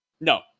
No